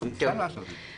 ואפשר לעשות את זה.